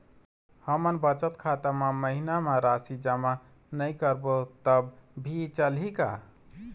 हमन बचत खाता मा महीना मा राशि जमा नई करबो तब भी चलही का?